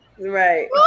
Right